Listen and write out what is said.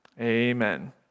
Amen